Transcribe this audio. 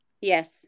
Yes